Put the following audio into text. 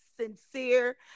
Sincere